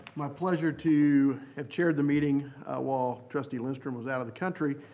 my pleasure to have chaired the meeting while trustee lindstrom was out of the country.